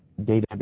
database